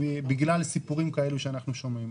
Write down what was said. בגלל סיפורים כאלו שאנו שומעים.